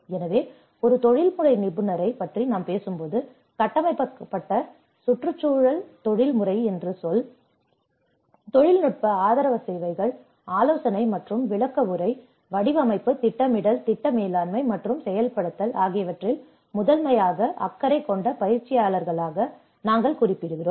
எனவே ஒரு தொழில்முறை நிபுணரைப் பற்றி நாம் பேசும்போது கட்டமைக்கப்பட்ட சுற்றுச்சூழல் தொழில்முறை என்ற சொல் தொழில்நுட்ப ஆதரவு சேவைகள் ஆலோசனை மற்றும் விளக்கவுரை வடிவமைப்பு திட்டமிடல் திட்ட மேலாண்மை மற்றும் செயல்படுத்தல் ஆகியவற்றில் முதன்மையாக அக்கறை கொண்ட பயிற்சியாளர்களாக நாங்கள் குறிப்பிடுகிறோம்